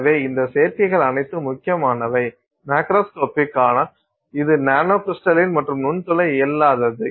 எனவே இந்த சேர்க்கைகள் அனைத்தும் முக்கியமானவை மேக்ரோஸ்கோபிக் ஆனால் இது நானோ கிரிஸ்டலின் மற்றும் நுண்துளை இல்லாதது